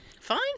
Fine